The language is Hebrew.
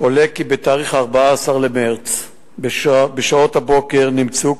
עולה כי ב-14 במרס בשעות הבוקר נמצאו